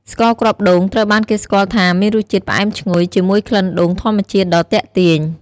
ស្ករគ្រាប់ដូង ត្រូវបានគេស្គាល់ថាមានរសជាតិផ្អែមឈ្ងុយ ជាមួយក្លិនដូងធម្មជាតិដ៏ទាក់ទាញ។